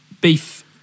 Beef